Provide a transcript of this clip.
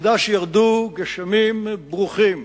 העובדה שירדו גשמים ברוכים,